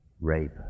rape